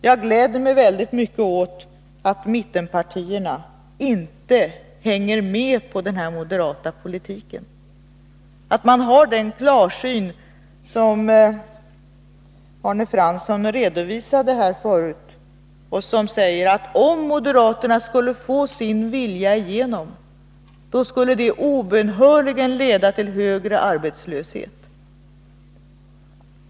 Jag gläder mig väldigt mycket åt att mittenpartierna inte hänger med på denna moderata politik, att de har den klarsyn som Arne Fransson redovisade här förut och som innebär att man säger att om moderaterna skulle få sin vilja igenom skulle det obönhörligen leda till högre arbetslöshet.